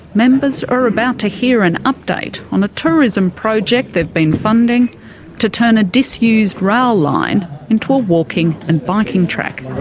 members are about to hear an update on a tourism project they've been funding to turn a disused rail line into a walking and biking track.